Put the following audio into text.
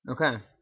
Okay